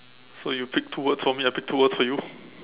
so you pick two words for me I pick two words for you